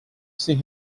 see